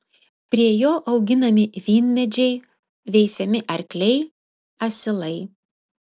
prie jo auginami vynmedžiai veisiami arkliai asilai